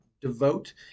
devote